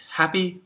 happy